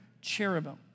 cherubim